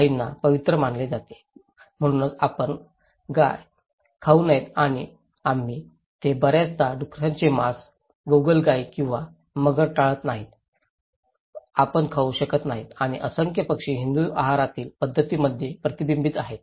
गायींना पवित्र मानले जाते म्हणूनच आपण गाय खाऊ नये आणि आम्ही आणि ते बर्याचदा डुकराचे मांस गोगलगाई किंवा मगरी टाळत नाहीत आपण खाऊ शकत नाही आणि असंख्य पक्षी हिंदू आहारातील पद्धतींमध्ये प्रतिबंधित आहेत